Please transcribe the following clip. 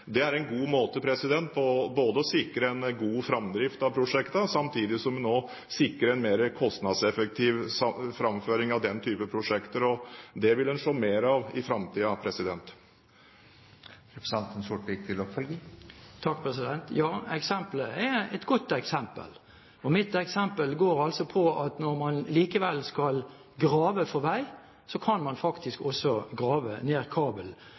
Det er en god måte for å sikre en god framdrift av prosjektene, samtidig som en sikrer en mer kostnadseffektiv framføring av den type prosjekter. Det vil en se mer av i framtiden. Ja, det er et godt eksempel. Mitt eksempel går på at når man likevel skal grave for vei, kan man faktisk også grave ned kabel.